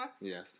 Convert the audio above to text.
Yes